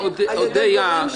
אודיה,